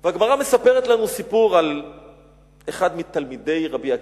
הגמרא מספרת לנו סיפור על אחד מתלמידי רבי עקיבא,